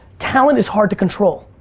talent is hard to control.